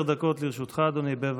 עשר דקות לרשותך, אדוני, בבקשה.